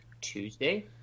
Tuesday